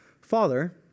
father